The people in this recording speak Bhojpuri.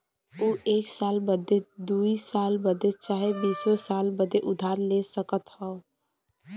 ऊ एक साल बदे, दुइ साल बदे चाहे बीसो साल बदे उधार ले सकत हौ